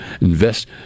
Invest